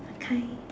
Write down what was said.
okay